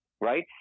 Right